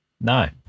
No